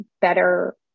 better